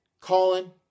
colin